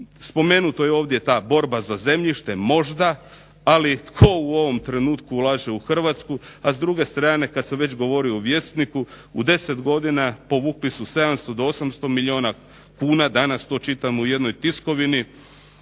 Spomenuto je ovdje ta borba za zemljište, možda, ali tko u ovom trenutku ulaže u Hrvatsku a s druge strane kada sam već govorio o Vjesniku u 10 godina povukli su 700 do 800 milijuna kuna, danas to čitam u jednoj tiskovini,